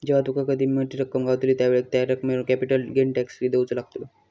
जेव्हा कधी तुका मोठी रक्कम गावतली त्यावेळेक त्या रकमेवर कॅपिटल गेन टॅक्स देवचो लागतलो